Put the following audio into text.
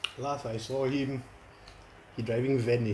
last I saw him he driving van leh